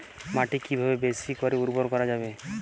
মাটি কিভাবে বেশী করে উর্বর করা যাবে?